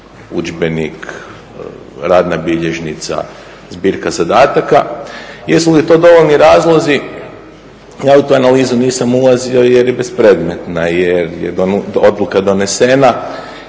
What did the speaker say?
udžbenik, radna bilježnica, zbirka zadataka. Jesu li to dovoljni razlozi, ja u tu analizu nisam ulazio jer je bespredmetna jer je odluka donesena